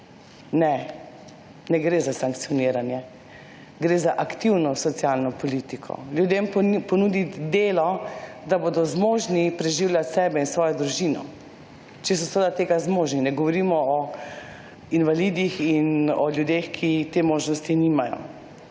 Ne, ne gre za sankcioniranje. Gre za aktivno socialno politiko. Ljudem ponuditi delo, da bodo zmožni preživljati sebe in svojo družino, če so seveda tega zmožni. Ne govorimo o invalidih in o ljudeh, ki te možnosti nimajo.